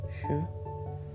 Sure